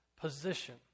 position